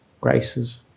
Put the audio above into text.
Grace's